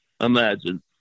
Imagine